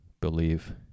believe